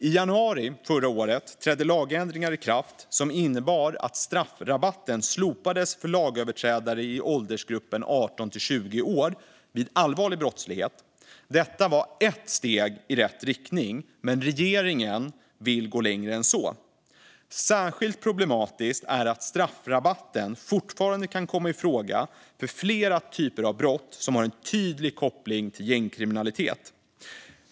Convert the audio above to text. I januari förra året trädde lagändringar i kraft som innebar att straffrabatten slopades för lagöverträdare i åldersgruppen 18-20 år vid allvarlig brottslighet. Detta var ett steg i rätt riktning, men regeringen vill gå längre än så. Särskilt problematiskt är att straffrabatten fortfarande kan komma i fråga för flera typer av brott som har en tydlig koppling till gängkriminalitet.